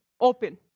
open